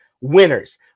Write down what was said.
winners